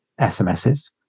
SMSs